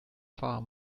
far